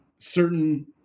certain